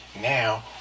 now